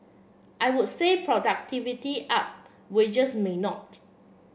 I would say productivity up wages may not